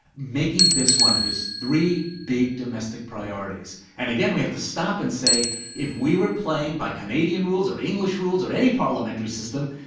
making this one of his three big domestic priorities. and again we have to stop and say if we were playing by canadian rules or english rules or any parliamentary system,